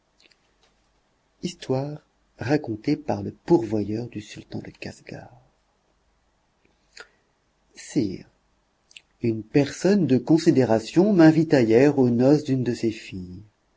histoire racontée par le pourvoyeur du sultan de casgar sire une personne de considération m'invita hier aux noces d'une de ses filles